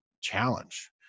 challenge